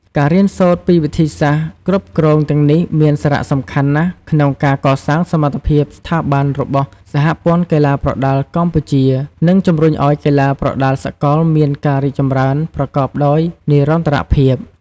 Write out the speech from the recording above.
ការរៀនសូត្រពីវិធីសាស្ត្រគ្រប់គ្រងទាំងនេះមានសារៈសំខាន់ណាស់ក្នុងការកសាងសមត្ថភាពស្ថាប័នរបស់សហព័ន្ធកីឡាប្រដាល់កម្ពុជា និងជំរុញឲ្យកីឡាប្រដាល់សកលមានការរីកចម្រើនប្រកបដោយនិរន្តរភាព។